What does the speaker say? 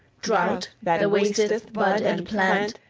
drouth, that wasteth bud and plant,